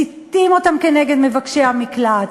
מסיתים אותם נגד מבקשי המקלט,